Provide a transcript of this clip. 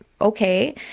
okay